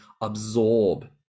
absorb